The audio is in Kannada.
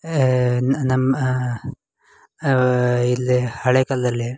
ನಮ್ಮ ಇಲ್ಲಿ ಹಳೆಯ ಕಾಲದಲ್ಲಿ